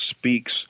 speaks